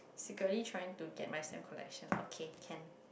secretly trying to get my same collection okay can